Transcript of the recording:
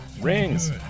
Rings